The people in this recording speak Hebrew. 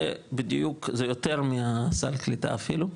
זה יותר מסל הקליטה אפילו.